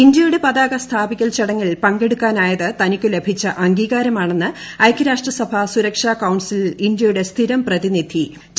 ഇന്തൃയുടെ പതാക സ്ഥാപിക്കൽ ചടങ്ങിൽ പങ്കെടുക്കാനായത് തനിക്കു ലഭിച്ച അംഗീകാരമാണെന്ന് ഐക്യരാഷ്ട്ര സഭ സുരക്ഷാ കൌൺസിൽ ഇന്ത്യയുടെ സ്ഥിരം പ്രതിനിധി ടി